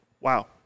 Wow